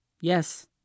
Yes